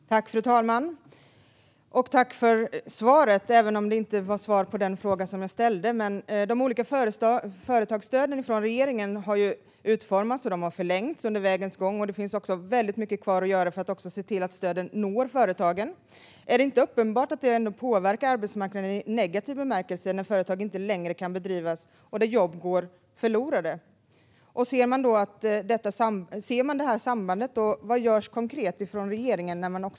Fru talman! Jag tackar Anna Ekström för svaret, även om det inte var svar på den fråga jag ställde. De olika företagsstöden från regeringen har ju utformats och förlängts under resans gång. Det finns väldigt mycket kvar att göra för att se till att stöden når företagen. Är det inte uppenbart att det påverkar arbetsmarknaden i negativ bemärkelse när företag inte längre kan drivas och när jobb går förlorade? Ser man detta samband, och vad görs konkret från regeringen?